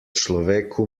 človeku